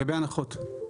לגבי הנחות.